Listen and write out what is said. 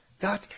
God